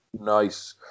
nice